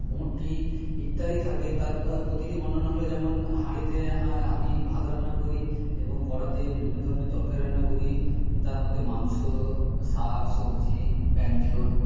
বঁটি ইত্যাদি থাকে তার প্রতিটি বর্ণনা হল যেমন হাঁড়িতে আমি ভাত রান্না করি এবং কড়াতে বিভিন্ন ধরনের তরকারি রান্না করি তার মধ্যে মাংস শাকসবজি ব্যঞ্জন